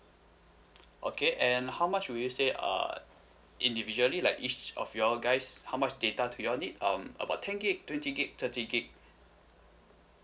okay and how much will you say uh individually like each of you all guys how much data do you all need um about ten gigabyte twenty gigabyte thirty gigabyte